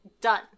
done